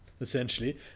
essentially